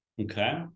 Okay